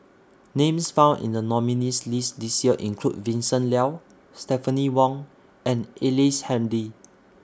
Names found in The nominees' list This Year include Vincent Leow Stephanie Wong and Ellice Handy